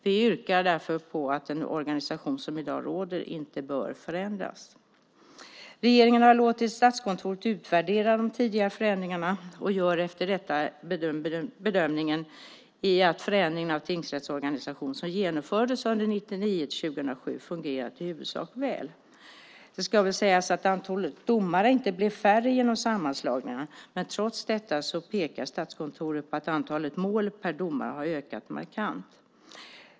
Vi yrkar därför på att den organisation som i dag råder inte förändras. Regeringen har låtit Statskontoret utvärdera de tidigare förändringarna och gör efter detta bedömningen att den förändring av tingsrättsorganisationen som genomfördes 1999-2007 i huvudsak fungerat väl. Det ska väl sägas att antalet domare inte blev färre genom sammanslagningarna. Trots detta pekar Statskontoret på att antalet mål per domare har ökat markant.